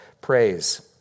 praise